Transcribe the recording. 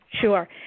Sure